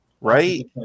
Right